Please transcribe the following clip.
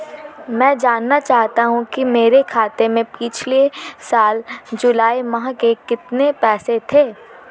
मैं जानना चाहूंगा कि मेरे खाते में पिछले साल जुलाई माह में कितने पैसे थे?